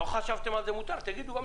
אם לא חשבתם על זה, מותר, תגידו.